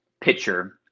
pitcher